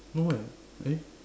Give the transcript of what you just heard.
no leh eh